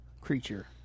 creature